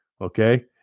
okay